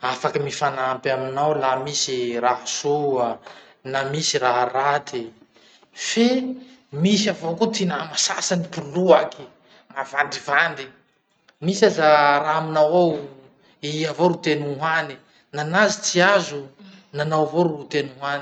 afaky mifanampy aminao laha misy raha soa na misy raha raty. Fe misy avao koa ty nama sasany poloaky, mavandivandy. Misy aza raha aminao ao, i avao ro teany ho hany. Nanazy tsy azo, nanao avao ro tiany ho hany.